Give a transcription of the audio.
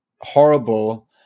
horrible